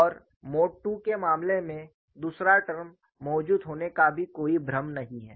और mode II के मामले में दूसरा टर्म मौजूद होने का भी कोई भ्रम नहीं है